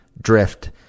drift